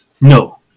No